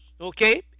okay